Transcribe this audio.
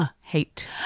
Hate